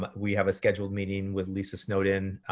but we have a scheduled meeting with lisa snowden,